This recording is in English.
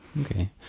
Okay